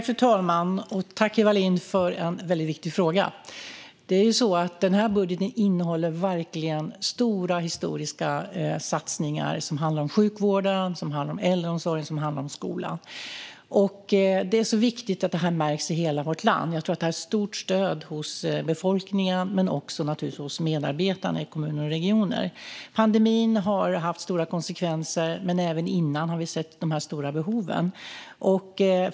Fru talman! Tack, Eva Lindh, för en väldigt viktig fråga! Den här budgeten innehåller verkligen stora, historiska satsningar. Det handlar om sjukvården, äldreomsorgen och skolan. Det är viktigt att detta märks i hela vårt land. Jag tror att det har stort stöd hos befolkningen och också, naturligtvis, hos medarbetarna i kommuner och regioner. Pandemin har haft stora konsekvenser, men de stora behoven såg vi även innan.